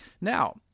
Now